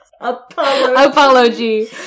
apology